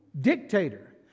dictator